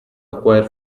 acquire